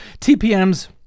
TPM's